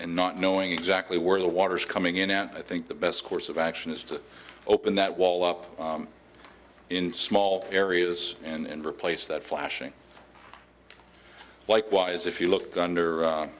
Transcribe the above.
and not knowing exactly where the water is coming in at think the best course of action is to open that wall up in small areas and replace that flashing likewise if you look gunder